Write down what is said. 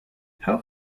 how